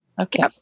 okay